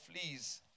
fleas